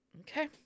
Okay